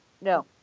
no